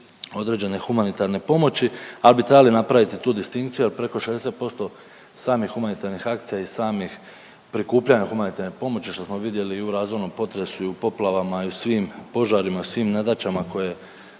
određene humanitarne pomoći ali bi trebali napraviti tu distinkciju jer preko 60% samih humanitarnih akcija iz samih prikupljanja humanitarne pomoći što smo vidjeli i u razornom potresu i u poplavama i svim požarima, svim nedaćama koje